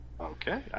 Okay